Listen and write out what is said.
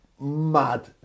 mad